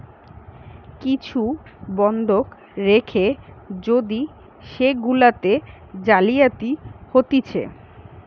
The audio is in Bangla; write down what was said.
কিছু বন্ধক রেখে যদি সেগুলাতে জালিয়াতি হতিছে